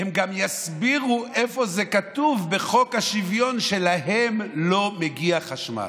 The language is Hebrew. הם גם יסבירו איפה כתוב בחוק השוויון שלהם לא מגיע חשמל.